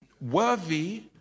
worthy